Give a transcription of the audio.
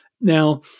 Now